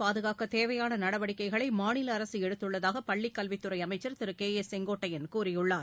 பாதுகாக்கதேவையானநடவடிக்கைகளைமாநிலஅரசுஎடுத்துள்ளதாகபள்ளிக் கல்வித்துறைஅமைச்சர் திருகே ஏ செங்கோட்டையன் கூறியுள்ளார்